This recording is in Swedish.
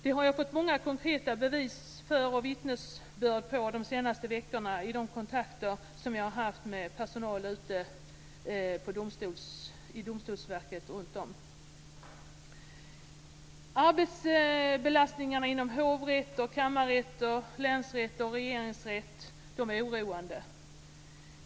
Det har jag fått många konkreta bevis för och vittnesbörd om under de senaste veckorna i de kontakter som jag har haft med personal på Domstolsverket. Arbetsbelastningen inom hovrätter, kammarrätter, länsrätter och regeringsrätt är oroande.